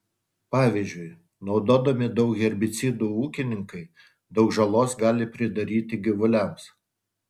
pavyzdžiui naudodami daug herbicidų ūkininkai daug žalos gali pridaryti gyvuliams